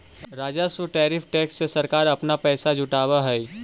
राजस्व tariff tax से सरकार अपना पैसा जुटावअ हई